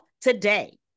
today